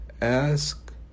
ask